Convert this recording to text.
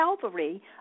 Calvary